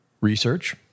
research